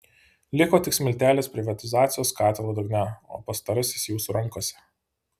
liko tik smiltelės privatizacijos katilo dugne o pastarasis jūsų rankose